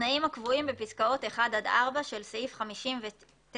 התנאים הקבועים בפסקאות (1) עד (4) של סעיף 59ט(ב);